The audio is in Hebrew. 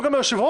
לא היה מיזוג.